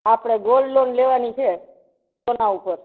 આપણે gold loan લેવાની છે સોના ઉપર